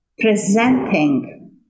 presenting